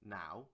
now